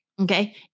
okay